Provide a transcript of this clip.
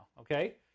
okay